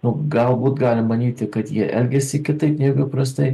galbūt galim manyti kad jie elgiasi kitaip negu įprastai